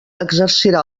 exercirà